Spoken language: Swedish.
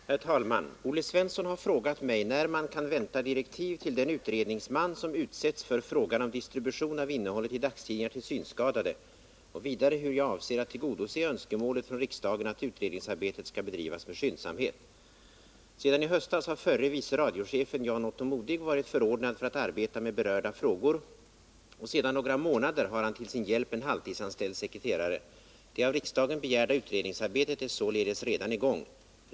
Herr talman! Olle Svensson har frågat mig när man kan vänta direktiv till den utredningsman som utsetts för frågan om distribution av innehållet i dagstidningar till synskadade och vidare hur jag avser att tillgodose önskemålet från riksdagen att utredningsarbetet skall bedrivas med skyndsamhet. Sedan i höstas har förre vice radiochefen Jan-Otto Modig varit förordnad för att arbeta med berörda frågor, och sedan några månader har han till sin hjälp en halvtidsanställd sekreterare. Det av riksdagen begärda utredningsarbetet är således redan i gång.